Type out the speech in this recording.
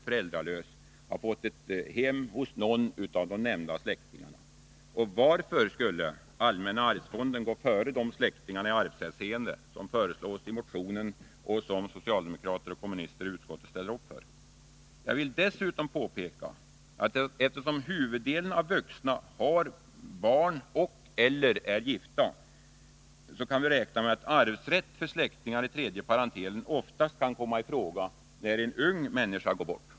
föräldralös har fått ett hem hos någon av de nämnda släktingarna. Varför skulle allmänna arvsfonden gå före dessa släktningar i arvshänseende, som föreslås i motionen och som socialdemokrater och kommunister i utskottet anser? Jag vill dessutom påpeka att eftersom huvuddelen av de vuxna har barn och/eller är gifta, kan vi räkna med att arvsrätt för släktingar i tredje parentelen oftast kan komma i fråga när en ung människa går bort.